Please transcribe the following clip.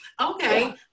okay